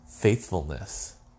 faithfulness